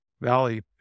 Valley